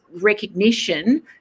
recognition